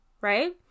right